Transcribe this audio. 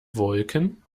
wolken